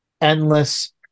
endless